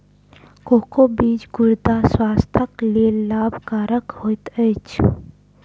cocoa बीज गुर्दा स्वास्थ्यक लेल लाभकरक होइत अछि